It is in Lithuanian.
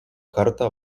kartą